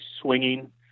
swinging